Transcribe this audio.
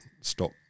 stop